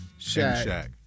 Shaq